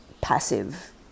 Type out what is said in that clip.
passive